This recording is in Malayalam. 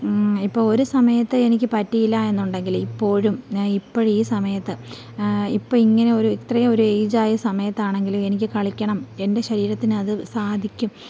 ഇപ്പോള് ഒരു സമയത്ത് എനിക്ക് പറ്റിയില്ലാ എന്നുണ്ടെങ്കിൽ ഇപ്പോഴും ഞാൻ ഇപ്പോഴും ഈ സമയത്ത് ഇപ്പോഴും ഇങ്ങനെയൊരു ഇത്രയൊരു ഏജ് ആയ സമയത്താണെങ്കിലും എനിക്ക് കളിക്കണം എൻ്റെ ശരീരത്തിന് അത് സാധിക്കും